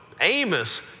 Amos